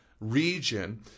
region